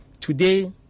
Today